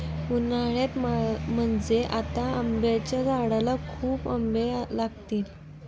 उन्हाळ्यात म्हणजे आता आंब्याच्या झाडाला खूप आंबे लागतील